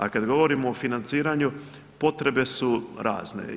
A kada govorimo o financiranju, potrebe su razne.